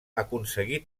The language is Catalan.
aconseguí